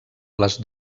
les